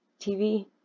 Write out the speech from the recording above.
TV